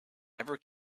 ever